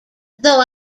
though